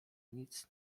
nic